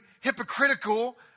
hypocritical